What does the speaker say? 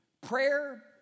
Prayer